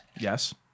Yes